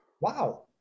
Wow